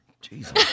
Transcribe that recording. Jesus